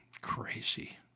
crazy